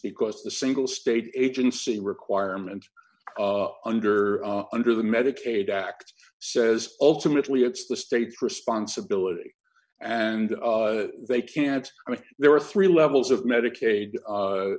because the single state agency requirement under under the medicaid act says ultimately it's the state's responsibility and they can't i mean there are three levels of medicaid